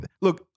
Look